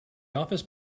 office